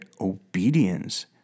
obedience